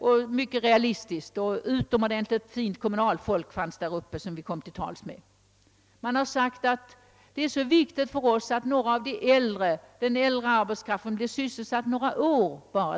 Vi kom till tals med utomordentligt fint kommunalfolk där uppe, som trots allt hade en mycket realistisk syn på problemet och som sade, att det för dem var mycket viktigt att en del av den äldre arbetskraften kunde sysselsättas om så bara några år.